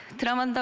drama. so